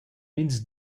ins